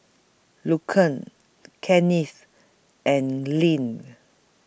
Lucian Kennith and Lynn